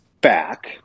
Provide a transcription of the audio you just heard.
back